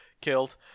killed